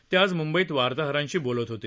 ते आज म्ंबईत वार्ताहरांशी बोलत होते